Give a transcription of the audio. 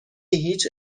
هیچ